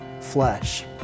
flesh